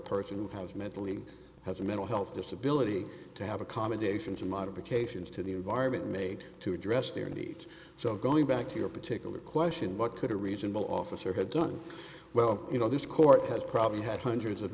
person who has mentally has a mental health disability to have accommodation for modifications to the environment made to address their needs so going back to your particular question what could a reasonable officer have done well you know this court has probably had hundreds of